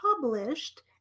published